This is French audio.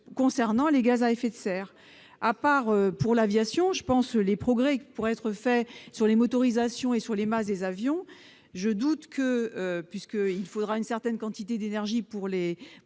concernant les gaz à effet de serre. Si ! Mis à part pour l'aviation, où des progrès pourraient être réalisés sur les motorisations et sur les masses des avions, puisqu'il faudra une certaine quantité d'énergie pour les